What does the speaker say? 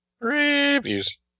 Reviews